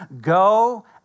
go